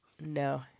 No